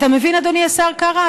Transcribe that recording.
אתה מבין, אדוני השר קרא?